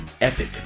epic